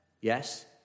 yes